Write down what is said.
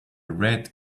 red